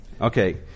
Okay